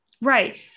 Right